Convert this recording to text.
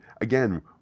again